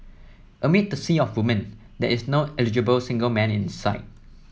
amid the sea of women there's no eligible single man in sight